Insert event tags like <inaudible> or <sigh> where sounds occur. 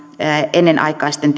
ennenaikaisten <unintelligible>